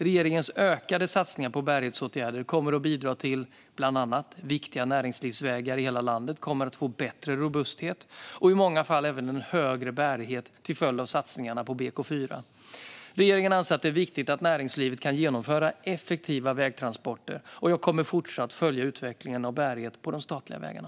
Regeringens ökade satsningar på bärighetsåtgärder kommer att bidra till att bland annat viktiga näringslivsvägar i hela landet kommer att få bättre robusthet och i många fall även högre bärighet till följd av satsningar på BK4. Regeringen anser att det är viktigt att näringslivet kan genomföra effektiva vägtransporter, och jag kommer att fortsätta att följa utvecklingen av bärigheten på de statliga vägarna.